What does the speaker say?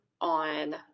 on